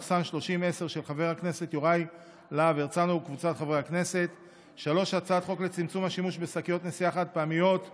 של חבר הכנסת יוראי להב הרצנו וקבוצת חברי הכנסת; 3. הצעת חוק לצמצום השימוש בשקיות נשיאה חד-פעמיות (תיקון,